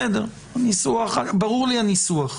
ברור לי הניסוח,